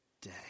day